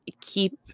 keep